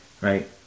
right